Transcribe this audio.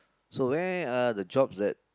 so where are the jobs at